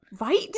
Right